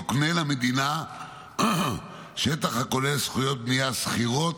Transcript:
יוקנה למדינה שטח הכולל זכויות בנייה שכירות